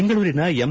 ಬೆಂಗಳೂರಿನ ಎಂ